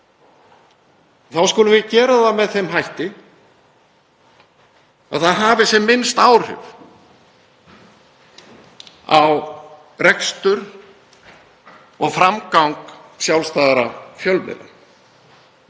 þá skulum við gera það með þeim hætti að það hafi sem minnst áhrif á rekstur og framgang sjálfstæðra fjölmiðla.